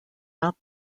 not